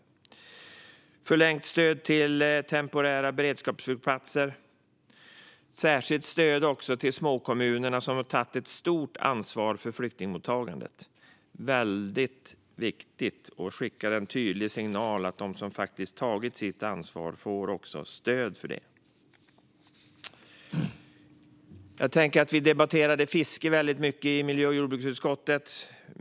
Det blir förlängt stöd till temporära beredskapsflygplatser och särskilt stöd till de småkommuner som har tagit ett stort ansvar för flyktingmottagandet. Det är väldigt viktigt och skickar en tydlig signal om att de som tagit sitt ansvar också får stöd för detta. Vi debatterade fiske väldigt mycket i miljö och jordbruksutskottet.